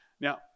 Now